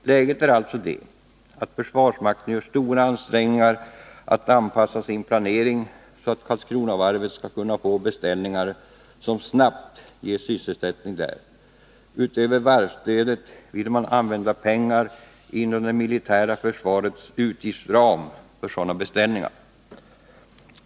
Läget är alltså det att försvarsmakten gör stora ansträngningar att anpassa sin planering så att Karlskronavarvet skall kunna få beställningar som snabbt ger sysselsättning där. Utöver varvsstödet vill man använda pengar inom det militära försvarets utgiftsram för sådana beställningar.